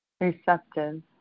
Receptive